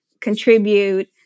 contribute